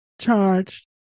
Charged